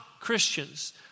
Christians